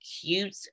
cute